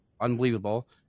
unbelievable